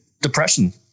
depression